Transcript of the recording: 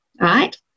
right